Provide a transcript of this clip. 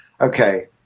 Okay